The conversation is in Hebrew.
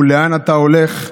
ולאן אתה הולך,